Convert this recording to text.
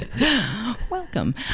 Welcome